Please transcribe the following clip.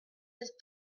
cette